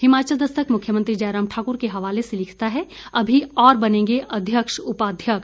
हिमाचल दस्तक मुख्यमंत्री जयराम ठाकुर के हवाले से लिखता है अभी और बनेंगे अध्यक्ष उपाध्यक्ष